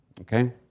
Okay